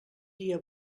dia